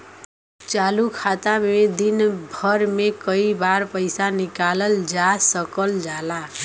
चालू खाता में दिन भर में कई बार पइसा निकालल जा सकल जाला